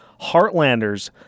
Heartlanders